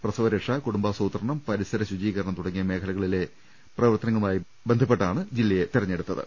പ്രസവ രക്ഷ കുടുംബാസൂത്രണം പരിസര ശുചീകരണം തുടങ്ങിയ മേഖലകളിലെ പ്രവർത്തനങ്ങളുമായി ബന്ധപ്പെട്ടാണ് ജില്ലയെ തെരഞ്ഞെടുത്തത്